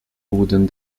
wurden